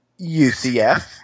UCF